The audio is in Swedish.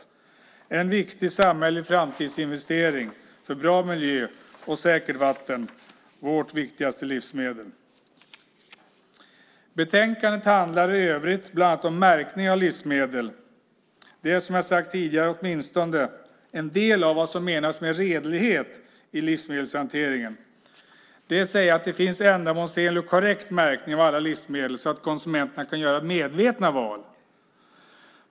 Det är en viktig samhällelig framtidsinvestering för bra miljö och säkert vatten - vårt viktigaste livsmedel. Betänkandet handlar i övrigt bland annat om märkning av livsmedel. Det är som jag sagt tidigare åtminstone en del av vad som menas med redlighet i livsmedelshanteringen, det vill säga att det finns en ändamålsenlig och korrekt märkning av alla livsmedel så att konsumenterna kan göra medvetna val.